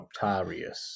Octarius